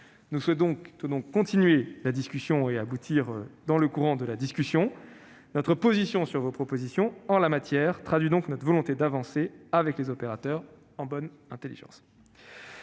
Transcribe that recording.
Nous souhaitons donc continuer à débattre afin d'aboutir à des solutions dans le courant de la discussion. Notre position sur vos propositions en la matière traduit ainsi notre volonté d'avancer avec les opérateurs, en bonne intelligence.